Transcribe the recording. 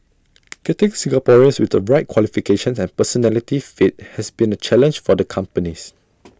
getting Singaporeans with the bright qualifications and personality fit has been A challenge for the companies